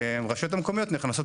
הרשויות המקומיות נכנסות